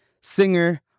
singer